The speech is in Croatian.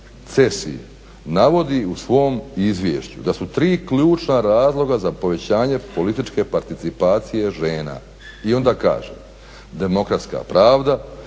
navodi u svom izvješću da su tri ključna razloga za povećanje političke participacije žena. I onda kaže demokratska pravda,